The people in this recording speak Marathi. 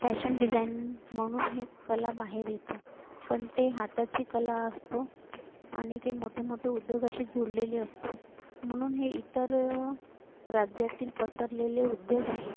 फॅशन डिझाईन म्हणून हे कला बाहेर येतो पण ते हाताची कला असतो आणि ते मोठे मोठे उद्योगाशी जुळलेले असतो म्हणून हे इतर राज्यातील पसरलेले उद्योग आहेत